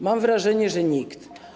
Mam wrażenie, że nikt.